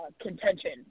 contention